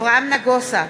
אברהם נגוסה,